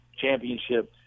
championship